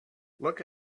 look